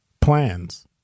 plans